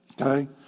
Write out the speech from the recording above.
okay